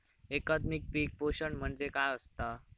एकात्मिक पीक पोषण म्हणजे काय असतां?